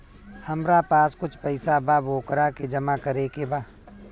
हमरा पास कुछ पईसा बा वोकरा के जमा करे के बा?